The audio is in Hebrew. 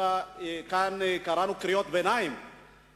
כשאנחנו קראנו כאן קריאות ביניים,